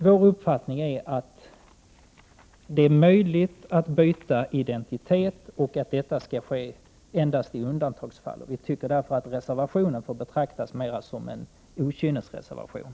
Vpk:s uppfattning är att det skall vara möjligt att byta identitet, men att detta endast skall ske i undantagsfall. Vi anser därför att reservation 4 får betraktas mer som en okynnesreservation.